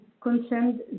concerned